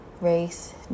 race